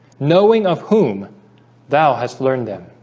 knowing of whom thou has learned them